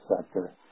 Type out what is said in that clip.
sector